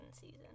season